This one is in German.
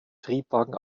triebwagen